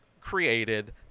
created